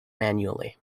manually